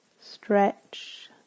Stretch